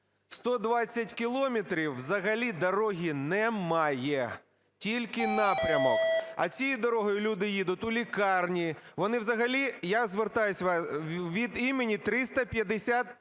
120 кілометрів взагалі дороги немає, тільки напрямок. А цією дорогою люди їдуть у лікарні, вони взагалі… я звертаюся від імені 350 тисяч